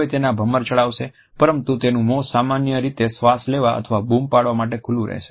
કોઈ તેના ભમર ચડાવશે પરંતુ તેનું મોં સામાન્ય રીતે શ્વાસ લેવા અથવા બૂમ પાડવા માટે ખુલ્લું રહેશે